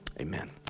amen